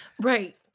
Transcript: right